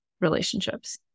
relationships